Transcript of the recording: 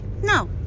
no